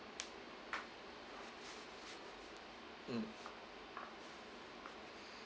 mm